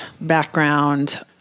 background